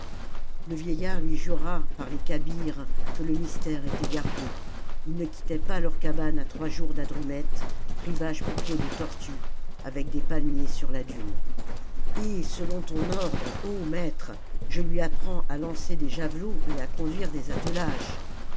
le vieillard lui jura par les kabyres que le mystère était gardé ils ne quittaient pas leur cabane à trois jours d'hadrumète rivage peuplé de tortues avec des palmiers sur la dune et selon ton ordre ô maître je lui apprends à lancer des javelots et à conduire des attelages